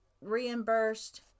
reimbursed